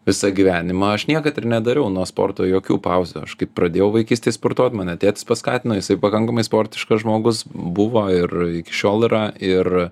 visą gyvenimą aš niekad ir nedariau nuo sporto jokių pauzių aš kaip pradėjau vaikystėj sportuot mane tėtis paskatino jisai pakankamai sportiškas žmogus buvo ir iki šiol yra ir